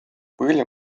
пыли